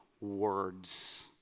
words